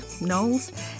Knowles